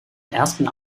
ersten